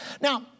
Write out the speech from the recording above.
Now